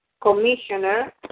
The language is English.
Commissioner